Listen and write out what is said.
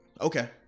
okay